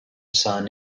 son